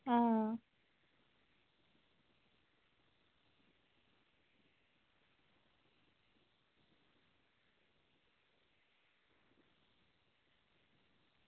हां